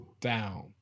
down